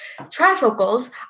Trifocals